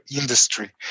industry